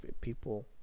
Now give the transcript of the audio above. people